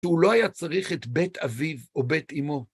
שהוא לא היה צריך את בית אביו או בית אמו.